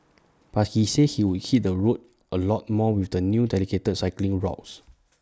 but he said he would hit the roads A lot more with the new dedicated cycling routes